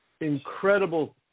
incredible